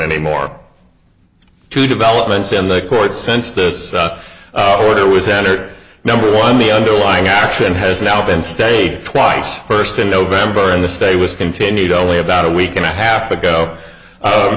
any more to developments in the court since this order was entered number one the underlying action has now been stated twice first in november and the stay was continued only about a week and a half ago